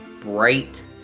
bright